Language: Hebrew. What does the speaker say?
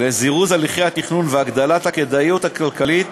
לזירוז הליכי התכנון והגדלת הכדאיות הכלכלית